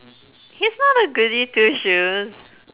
he's not a goody two shoes